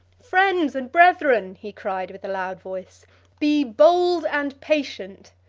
friends and brethren, he cried with a loud voice be bold and patient,